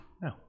No